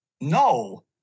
No